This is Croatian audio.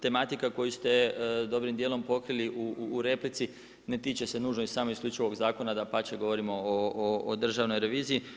Tematika koju ste dobrim dijelom pokrili u replici ne tiče se nužno i samo isključivo ovog zakona, dapače govorimo o Državnoj reviziji.